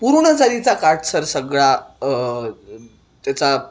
पूर्ण जरीचा काठ सर सगळा त्याचा